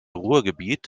ruhrgebiet